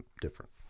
different